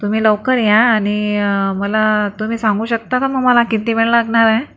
तुम्ही लवकर या आणि मला तुम्ही सांगू शकता का मग मला किती वेळ लागणार आहे